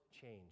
change